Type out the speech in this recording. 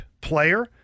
player